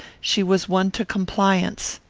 she was won to compliance?